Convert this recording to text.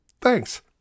Thanks